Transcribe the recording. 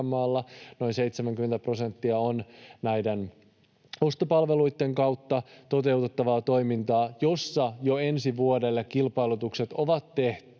noin 70 prosenttia on ostopalveluitten kautta toteutettavaa toimintaa, jossa ensi vuodelle kilpailutukset on jo tehty